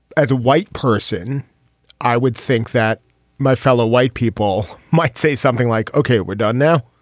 as a white person i would think that my fellow white people might say something like okay we're done now.